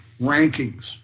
rankings